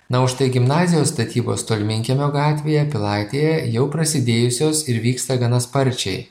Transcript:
na užtai gimnazijos statybos tolminkiemio gatvėje pilaitėje jau prasidėjusios vyksta gana sparčiai